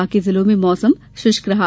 बाकी जिलों में मौसम शुष्क रहा